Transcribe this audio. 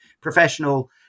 professional